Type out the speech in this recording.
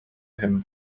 him